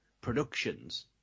productions